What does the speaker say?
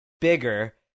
bigger